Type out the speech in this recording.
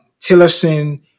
Tillerson